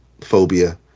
Phobia